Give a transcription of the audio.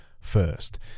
First